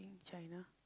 China